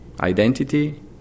Identity